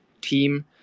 team